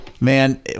Man